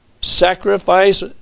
sacrifice